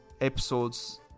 episodes